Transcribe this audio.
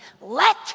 let